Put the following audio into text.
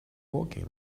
working